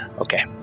okay